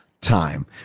time